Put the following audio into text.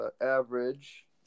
Average